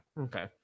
Okay